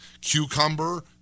cucumber